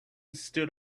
stood